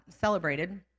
celebrated